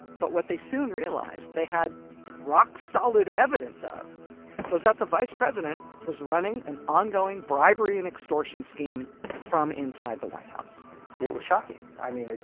but what they soon realized they had rock-solid evidence of was that the vice president was running an ongoing bribery-and-extortion scheme from inside the white house it was shocking. i mean,